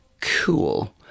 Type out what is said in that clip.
Cool